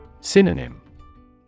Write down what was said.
Synonym